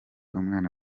umwana